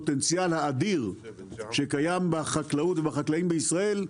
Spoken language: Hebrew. הפוטנציאל האדיר שקיים בחקלאות ובחקלאים בישראל,